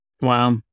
Wow